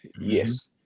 Yes